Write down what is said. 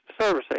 servicing